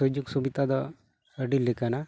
ᱥᱩᱡᱳᱜᱽ ᱥᱩᱵᱤᱛᱟ ᱫᱚ ᱟᱹᱰᱤ ᱞᱮᱠᱟᱱᱟ